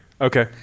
Okay